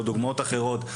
או דוגמאות אחרות,